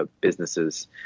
businesses